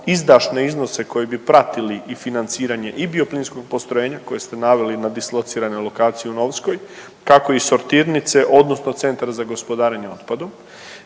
izdašne iznose koji bi pratili i financiranje i bioplinskog postrojenja koje ste naveli na dislociranoj lokaciji u Novskoj kako i sortirnice odnosno centar za gospodarenje otpadom.